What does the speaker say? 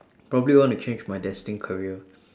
probably want to change my destined career